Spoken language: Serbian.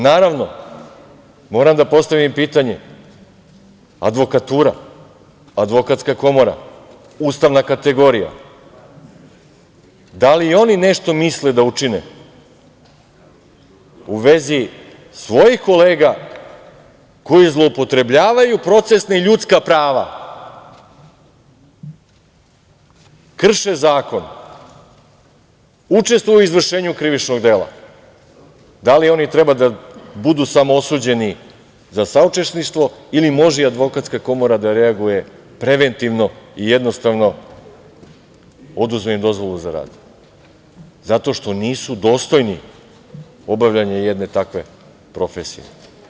Naravno, moram da postavim pitanje – advokatura, Advokatska komora, ustavna kategorija, da li i oni nešto misle da učine u vezi svojih kolega koji zloupotrebljavaju procesna i ljudska prava, krše zakon, učestvuju u izvršenju krivičnog dela, da li oni treba da budu samo osuđeni za saučesništvo ili može i Advokatska komora da reaguje preventivno i jednostavno, oduzme im dozvolu za rad, zato što nisu dostojni obavljanju jedne takve profesije?